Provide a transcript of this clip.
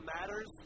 matters